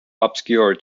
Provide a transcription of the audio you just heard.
obscure